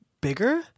bigger